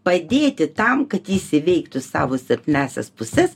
padėti tam kad jis įveiktų savo silpnąsias puses